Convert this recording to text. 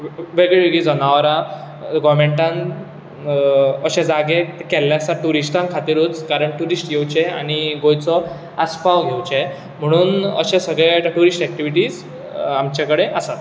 वेगळीं वेगळीं जनावरां गोवर्मेंटान अशे जागे केल्ले आसा ट्युरिस्टां खातीरूच कारण ट्युरीस्ट येवचे आनी गोंयचो आस्पाव घेवचे म्हणून अशे सगळे ट्युरीस्ट एक्टीवीटीज आमचे कडेन आसात